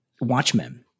Watchmen